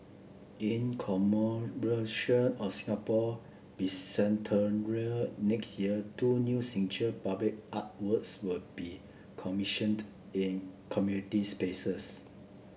in commemoration of Singapore Bicentennial next year two new signature public artworks will be commissioned in community spaces